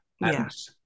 yes